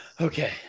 okay